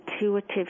intuitive